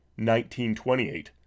1928